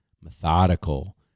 methodical